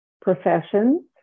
professions